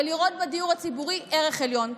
ולראות בדיור הציבורי ערך עליון.